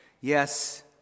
Yes